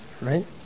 right